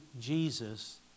Jesus